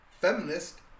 feminist